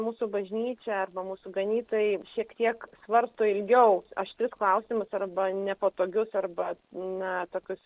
mūsų bažnyčia arba mūsų ganytojai šiek tiek svarsto ilgiau aštrius klausimus arba nepatogius arba na tokius